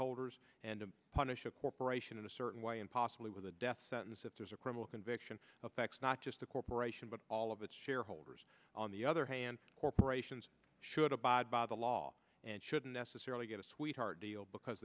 holders and to punish a corporation in a certain way and possibly with a death sentence if there's a criminal conviction not just the corporation but all of its shareholders on the other hand corporations should abide by the law and shouldn't necessarily get a sweetheart deal because